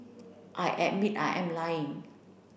I admit I am lying